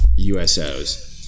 USOs